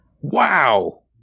Wow